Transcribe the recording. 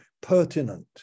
pertinent